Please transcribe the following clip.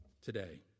today